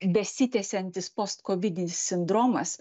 besitęsiantis postkovidinis sindromas